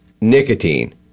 nicotine